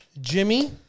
Jimmy